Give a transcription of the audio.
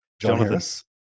Jonathan